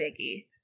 biggie